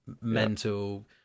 mental